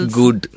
good